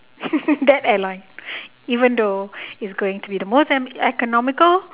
that airline even though it's going to be the most e~ economical